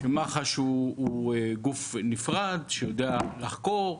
מח"ש הוא גוף נפרד שיודע לחקור.